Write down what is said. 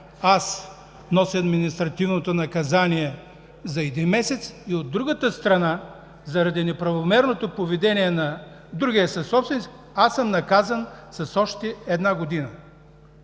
аз нося административното наказание за един месец, а от друга страна, заради неправомерното поведение на другия съсобственик, аз съм наказан с невъзможност